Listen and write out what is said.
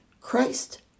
Christ